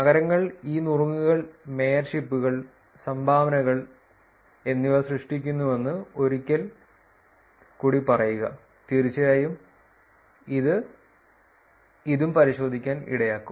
നഗരങ്ങൾ ഈ നുറുങ്ങുകൾ മേയർഷിപ്പുകൾ സംഭാവനകൾ എന്നിവ സൃഷ്ടിക്കുന്നുവെന്ന് ഒരിക്കൽ കൂടി പറയുക തീർച്ചയായും ഇത് ഇതും പരിശോധിക്കാൻ ഇടയാക്കും